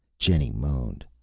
jenny moaned.